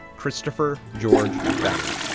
christopher george thagard,